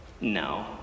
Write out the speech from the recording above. no